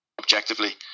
objectively